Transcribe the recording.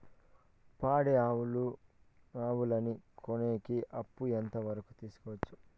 పాడి ఆవులని కొనేకి అప్పు ఎంత వరకు తీసుకోవచ్చు?